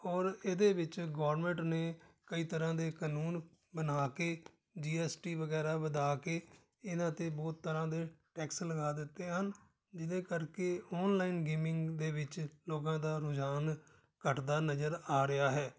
ਔਰ ਇਹਦੇ ਵਿੱਚ ਗੌਰਮੈਂਟ ਨੇ ਕਈ ਤਰ੍ਹਾਂ ਦੇ ਕਾਨੂੰਨ ਬਣਾ ਕੇ ਜੀ ਐੱਸ ਟੀ ਵਗੈਰਾ ਵਧਾ ਕੇ ਇਹਨਾਂ 'ਤੇ ਬਹੁਤ ਤਰ੍ਹਾਂ ਦੇ ਟੈਕਸ ਲਗਾ ਦਿੱਤੇ ਹਨ ਜਿਹਦੇ ਕਰਕੇ ਔਨਲਾਈਨ ਗੇਮਿੰਗ ਦੇ ਵਿੱਚ ਲੋਕਾਂ ਦਾ ਰੁਝਾਨ ਘੱਟਦਾ ਨਜ਼ਰ ਆ ਰਿਹਾ ਹੈ